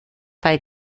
bei